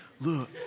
Look